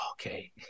okay